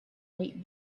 late